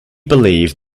believed